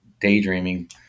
daydreaming